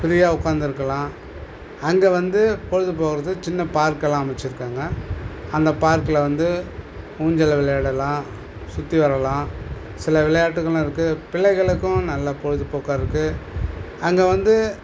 ஃப்ரீயாக உட்காந்துருக்கலாம் அங்கே வந்து பொழுது போகறது சின்ன பார்க்கெல்லாம் அமைச்சிருக்காங்க அந்த பார்க்கில் வந்து ஊஞ்சலில் விளையாடலாம் சுற்றி வரலாம் சில விளையாட்டுக்களும் இருக்கு பிள்ளைகளுக்கும் நல்ல பொழுதுபோக்காக இருக்கு அங்கே வந்து